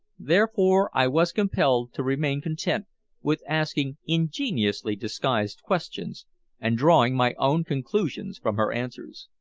therefore i was compelled to remain content with asking ingeniously disguised questions and drawing my own conclusions from her answers.